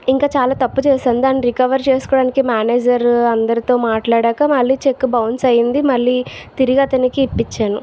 ఇంకా చాలా తప్పు చేశాను దాన్ని రికవర్ చేసుకోవడానికి మేనేజర్ అందరితో మాట్లాడక వాళ్ళు చెక్ బౌన్స్ అయింది మళ్ళీ తిరిగి అతనికి ఇప్పించాను